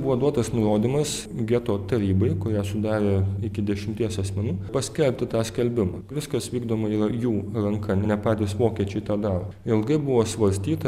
buvo duotas nurodymas geto tarybai kurią sudarė iki dešimties asmenų paskelbti tą skelbimą viskas vykdoma yra jų ranka ne patys vokiečiai tą daro ilgai buvo svarstyta